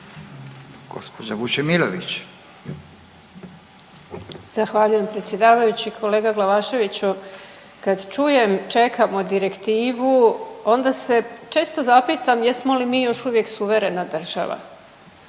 (Hrvatski suverenisti)** Zahvaljujem predsjedavajući. Kolega Glavaševiću, kad čujem čekamo direktivu onda se često zapitam jesmo li mi još uvijek suverena država?